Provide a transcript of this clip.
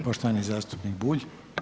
Poštovani zastupnik Bulj.